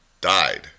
died